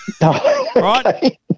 Right